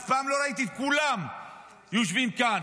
אף פעם לא ראיתי את כולם יושבים כאן,